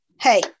hey